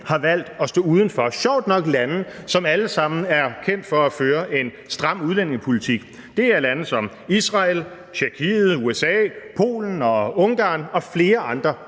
har valgt at stå udenfor – sjovt nok lande, som alle sammen er kendt for at føre en stram udlændingepolitik. Det er lande som Israel, Tjekkiet, USA, Polen, Ungarn og flere andre.